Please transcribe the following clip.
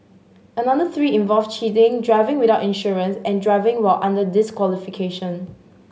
another three involve cheating driving without insurance and driving while under disqualification